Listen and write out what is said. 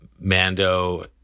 Mando